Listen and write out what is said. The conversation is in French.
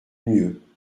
mieux